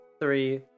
three